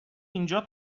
اینجا